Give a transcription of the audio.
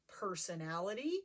personality